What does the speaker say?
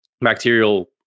bacterial